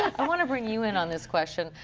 i want to bring you in on this question.